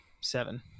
seven